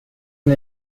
and